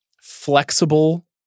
flexible